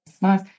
nice